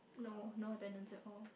no no attendance at all